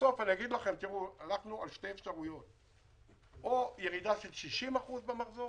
בסוף הלכנו על שתי אפשרויות: או פגיעה של 60% במחזור